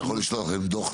ואתה יכול לשלוח על זה דו"ח?